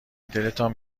دلتان